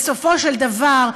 בסופו של דבר,